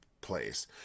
place